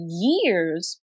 years